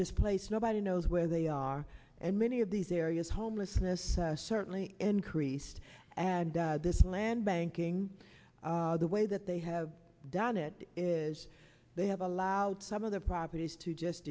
displaced nobody knows where they are and many of these areas homelessness certainly increased and this land banking the way that they have done it is they have allowed some of their properties to just